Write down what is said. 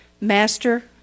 Master